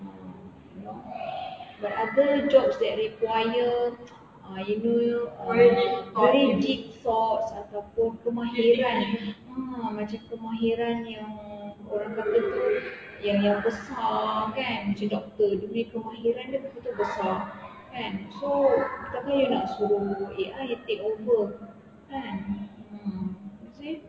uh you know but other jobs that require uh you know you need deep thoughts ataupun kemahiran ah macam kemahiran yang orang kata tu yang yang besar kan macam doctor dia punya kemahiran dia betul-betul besar kan so takkan you nak suruh A_I take over kan mm you see